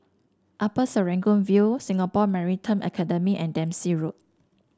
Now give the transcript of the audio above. Upper Serangoon View Singapore Maritime Academy and Dempsey Road